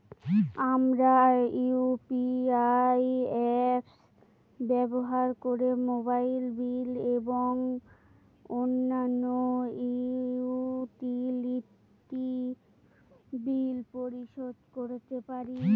আমরা UPI apps ব্যবহার করে মোবাইল বিল এবং অন্যান্য ইউটিলিটি বিল পরিশোধ করতে পারি